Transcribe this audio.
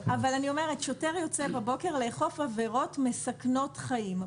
אני אומרת ששוטר יוצא בבוקר לאכוף עבירות מסכנות חיים.